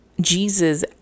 Jesus